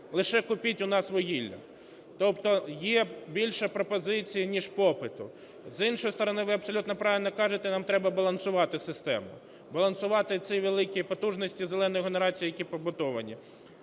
лише купіть у нас вугілля. Тобто є більше пропозицій, ніж попиту. З іншої сторони, ви абсолютно правильно кажете, нам треба балансувати систему. Балансувати ці великі потужності "зеленої" генерації, які побудовані.